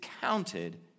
counted